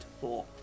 four